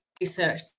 research